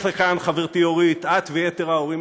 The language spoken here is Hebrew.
תודה רבה, גברתי היושבת-ראש, כבוד השרים,